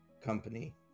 company